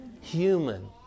Human